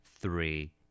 three